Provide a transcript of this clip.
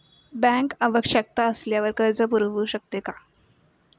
Bank आवश्यकता असल्यावर कर्ज पुरवू शकते का?